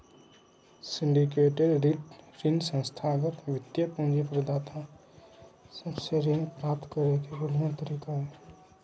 syndicated ऋण संस्थागत वित्तीय पूंजी प्रदाता सब से ऋण प्राप्त करे के बढ़िया तरीका हय